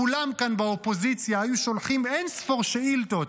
כולם כאן באופוזיציה היו שולחים אין-ספור שאילתות